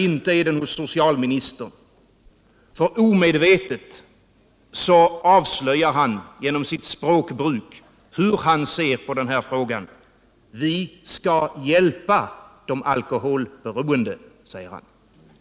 Inte är den hos socialministern, för omedvetet avslöjar han genom sitt språkbruk hur han ser på denna fråga. Vi skall hjälpa de alkoholberoende, säger han.